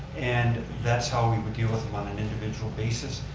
and that's how we would deal with them on an individual basis.